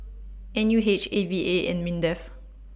N U H A V A and Mindef